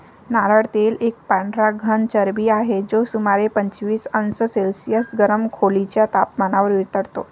नारळ तेल एक पांढरा घन चरबी आहे, जो सुमारे पंचवीस अंश सेल्सिअस गरम खोलीच्या तपमानावर वितळतो